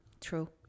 true